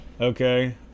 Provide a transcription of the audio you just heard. okay